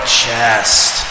chest